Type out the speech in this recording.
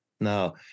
Now